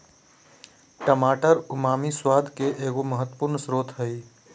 टमाटर उमामी स्वाद के एगो महत्वपूर्ण स्रोत हइ